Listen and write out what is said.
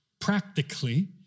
practically